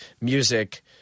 music